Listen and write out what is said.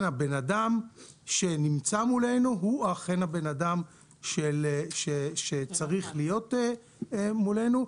האדם שנמצא מולנו הוא אכן האדם שצריך להיות מולנו,